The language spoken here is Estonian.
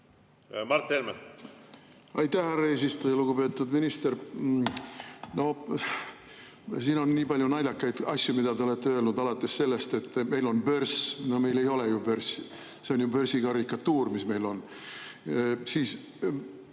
Mart Helme. Aitäh, härra eesistuja! Lugupeetud minister! Siin on olnud nii palju naljakaid asju, mida te olete öelnud. Alates sellest, et meil on börs. No meil ei ole ju börsi, see on börsi karikatuur, mis meil on. Siis